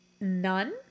none